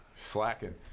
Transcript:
Slacking